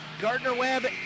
Gardner-Webb